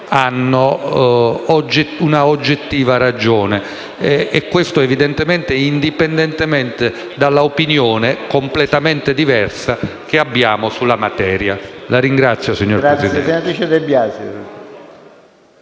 hanno un'oggettiva ragione e questo evidentemente indipendentemente dall'opinione completamente diversa che abbiamo sulla materia. [DE